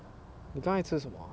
你刚才吃什么 ah